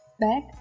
back